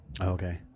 Okay